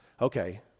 Okay